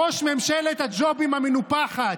ראש ממשלת הג'ובים המנופחת,